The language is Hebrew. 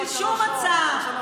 בשביל שום הצעה.